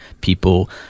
People